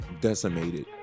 decimated